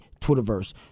Twitterverse